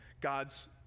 God's